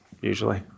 usually